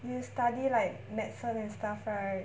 you study like medicine and stuff right